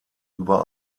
über